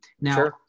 Now